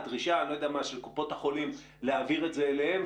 דרישה של קופות החולים להעביר את זה אליהן,